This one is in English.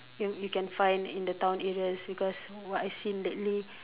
you you can find in the town areas because what I seen lately